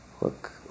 Look